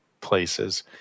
places